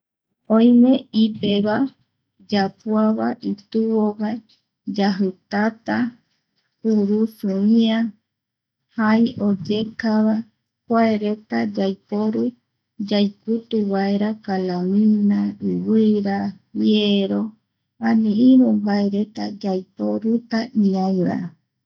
Oime ipe va, yapuaba, itubo vae, yajitata, kurusu ia jai oyekava, kuareta yaiporu yaikutu vaera calamina, ivira jiero, ani iru mbae reta yaiporu ñaiva